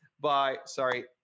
by—sorry